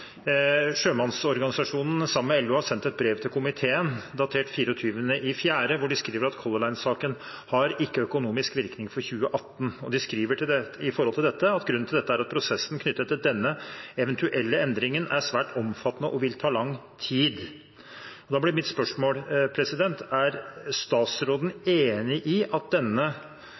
sammen med LO sendt et brev til komiteen, datert 24. april, hvor de skriver at Color Line-saken ikke har økonomisk virkning for 2018. De skriver at grunnen til dette er at prosessen knyttet til denne eventuelle endringen er svært omfattende og vil ta lang tid. Da blir mitt spørsmål: Er statsråden enig i at